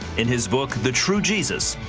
in his book the true jesus,